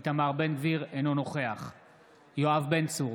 אינו נוכח יואב בן צור,